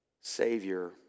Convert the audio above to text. Savior